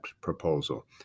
proposal